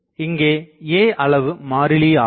இங்கே a அளவு மாறிலி ஆகும்